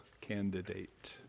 candidate